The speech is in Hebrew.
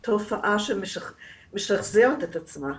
זאת תופעה שמשחזרת את עצמה.